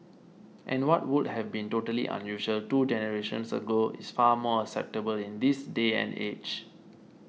and what would have been totally unusual two generations ago is far more acceptable in this day and age